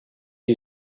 you